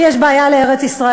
יש בעיה לארץ-ישראל,